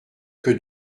que